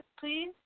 please